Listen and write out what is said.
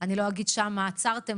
אני לא אגיד עם מה עצרתם,